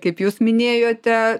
kaip jūs minėjote